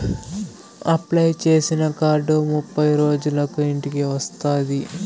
apply చేసిన card ముప్పై రోజులకు ఇంటికి వస్తాది